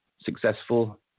successful